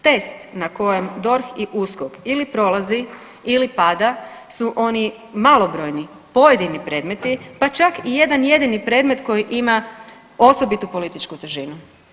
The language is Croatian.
Test u kojem DORH ili USKOK ili prolazi ili pada su oni malobrojni pojedini predmeti, pa čak i jedan jedini predmet koji ima osobitu političku težinu.